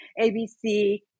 ABC